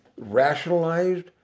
rationalized